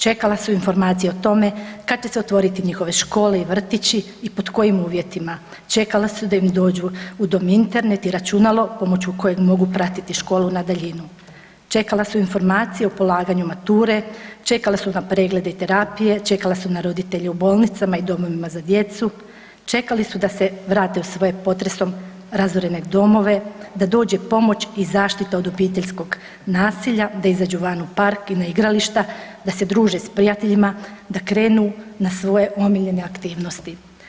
Čekala su informacije o tome kad će se otvoriti njihove škole i vrtići i pod kojim uvjetima, čekala su da im dođu u dom Internet i računalo pomoću kojeg mogu pratiti školu na daljinu, čekala su informacije o polaganju mature, čekale su na preglede i terapije, čekale su na roditelje u bolnicama i domovima za djecu, čekali su da se vrate u svoje potresom razorene domove, da dođe pomoć i zaštita od obiteljskog nasilja, da izađu van u park i na igrališta, da se druže sa prijateljima, da krenu na svoje omiljene aktivnosti.